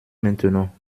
maintenant